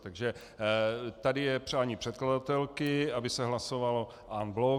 Takže tady je přání předkladatelky, aby se hlasovalo en bloc.